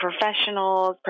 professionals